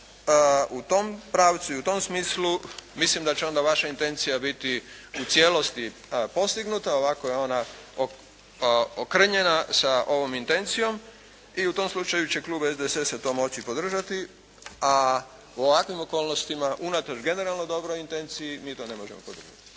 u tom pravcu i u tom smislu mislim da će onda vaša intencija biti u cijelosti postignuta, ovako je ona okrnjena sa ovom intencijom, i u tom slučaju će klub SDSS-a to moći podržati. A u ovakvim okolnostima unatoč generalno dobroj intenciji mi to ne možemo podržati.